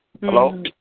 Hello